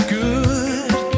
good